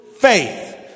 faith